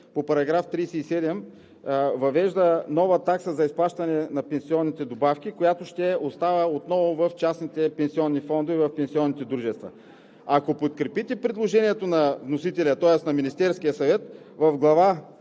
по § 37 въвежда нова такса за изплащане на пенсионните добавки, която ще остава отново в частните пенсионни фондове в пенсионните дружества. Ако подкрепите предложението на вносителя, тоест на Министерския съвет, в Глава